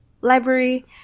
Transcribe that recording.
library